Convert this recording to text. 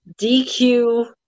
DQ